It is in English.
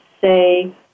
say